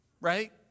right